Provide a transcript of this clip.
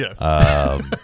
yes